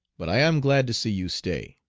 but i am glad to see you stay.